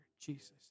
Jesus